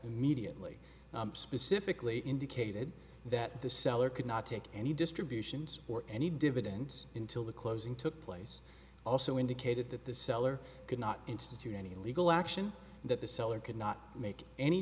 immediately specifically indicated that the seller could not take any distributions or any dividends until the closing took place also indicated that the seller could not institute any legal action that the seller could not make any